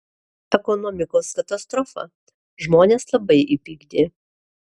ekonomikos katastrofa žmones labai įpykdė